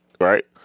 right